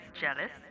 jealous